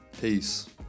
Peace